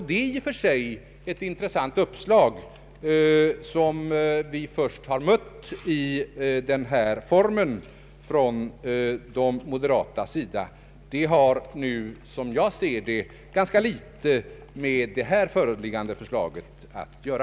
Det är i och för sig ett intressant uppslag, som vi först har mött i denna form från moderata samlingspartiet. Det har dock, som jag ser det, ganska litet med det här föreliggande förslaget att göra.